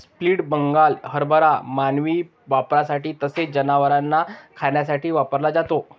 split Bengal हरभरा मानवी वापरासाठी तसेच जनावरांना खाण्यासाठी वापरला जातो